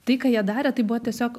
tai ką jie darė tai buvo tiesiog